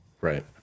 Right